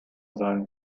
sein